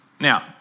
Now